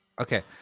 Okay